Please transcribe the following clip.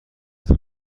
کار